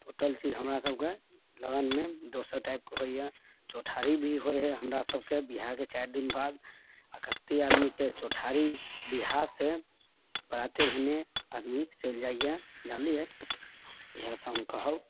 total चीज हमरा सबके लगनमे दोसर टाइपके होइए चौठारी भी होय हय हमरा सबके बिआहके चारि दिनबाद कतेक आदमीके चौठारी बिआह से पराते भेने आदमी चलि जाइए जानलियै इहए सब हम कहब